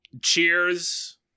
Cheers